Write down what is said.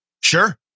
Sure